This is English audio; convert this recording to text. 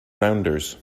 rounders